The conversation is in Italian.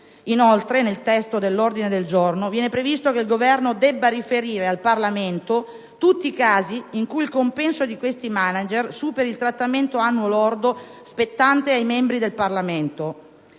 Inoltre, nel testo dell'ordine del giorno viene previsto che il Governo debba riferire al Parlamento tutti i casi in cui il compenso di questi managersuperi il trattamento annuo lordo spettante ai membri del Parlamento.